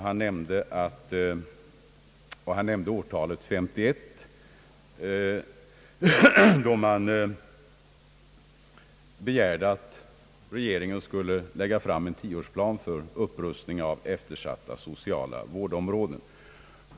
Han nämnde årtalet 1951, då man begärde att regeringen skulle lägga fram en tioårsplan för upprustning av eftersatta sociala vårdområden.